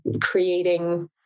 creating